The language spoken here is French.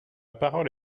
parole